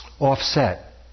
offset